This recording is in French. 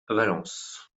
valence